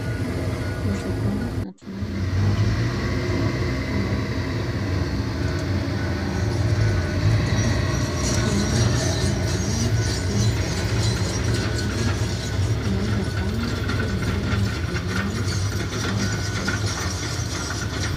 Hapa ni sokoni na tuna ona huyu muuzaji ana uza bidhaa kadhaa ambazo huwa zina tolewa shambani, tuna ona anauza nyanya pia anauza viazi vitamu, anauza tango pia anauza limau na bidhaa zingine kadhaa wa kadhaa.